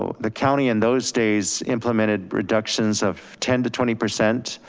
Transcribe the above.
ah the county in those days implemented reductions of ten to twenty percent